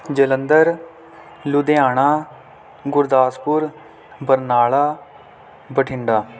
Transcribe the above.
Jalandhar Ludhiana Gurdaspur Barnala Bathinda